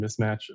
mismatch